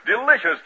delicious